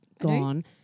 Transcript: gone